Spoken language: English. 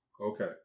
Okay